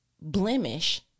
blemish